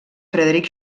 frederic